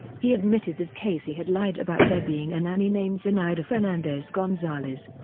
he admitted that casey had lied about there being a nanny named zenaida fernandez-gonzales.